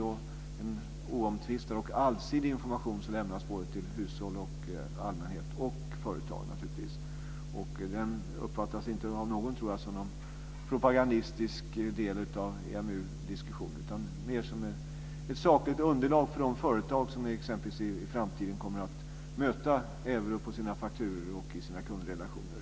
Det är en oomtvistad och allsidig information som lämnas till hushåll och företag. Den uppfattas inte av någon som en propagandistisk del av EMU-diskussionen utan mer som ett sakligt underlag för de företag som i framtiden kommer att möta euro på sina fakturor och i sina kundrelationer.